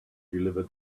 deliver